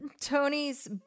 Tony's